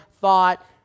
thought